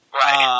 right